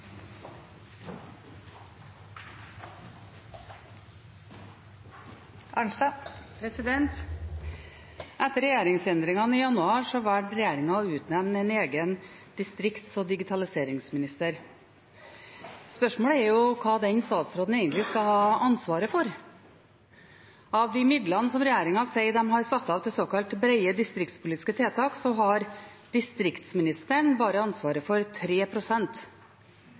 Etter regjeringsendringene i januar valgte regjeringen å utnevne en egen distrikts- og digitaliseringsminister. Spørsmålet er hva den statsråden egentlig skal ha ansvaret for. Av de midlene som regjeringen sier de har satt av til såkalte brede distriktspolitiske tiltak, har distriktsministeren bare ansvaret for